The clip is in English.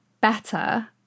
better